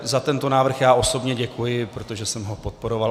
Za tento návrh já osobně děkuji, protože jsem ho podporoval.